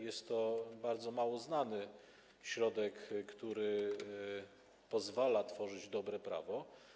Jest to bardzo mało znany środek, który pozwala tworzyć dobre prawo.